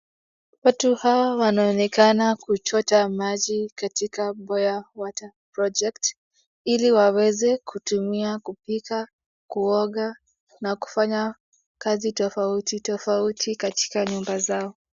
Watu hawa wanaonekana kuchota maji katika Mwea water project ili waweze kutumia kupika, kuoga na kufanya kazi tofauti tofauti katika nymba zao.